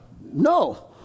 No